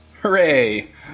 Hooray